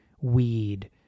weed